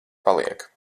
paliek